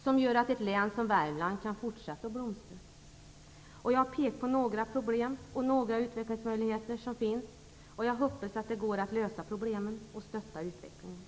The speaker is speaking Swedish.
Det gör att ett län som Värmland kan fortsätta blomstra. Jag har pekat på några problem och några utvecklingsmöjligheter som finns. Jag hoppas att det går att lösa problemen och stötta utvecklingen.